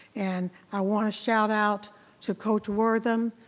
and i want to shout out to coach wortham,